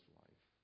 life